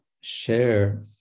share